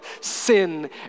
sin